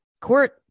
court